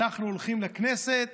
ואנחנו הולכים לכנסת